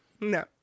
No